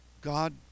god